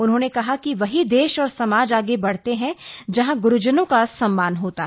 उन्होंने कहा कि वही देश और समाज आगे बढ़ते हैं जहां ग्रूजनों का सम्मान होता है